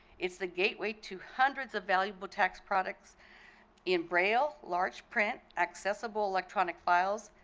it's the gateway to hundreds of valuable tax products in braille, large print, accessible electronic files,